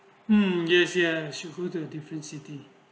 mm yes yes you go to different city